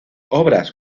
obras